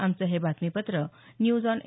आमचं हे बातमीपत्र न्यूज आॅन ए